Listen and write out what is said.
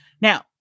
Now